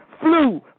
flu